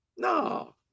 No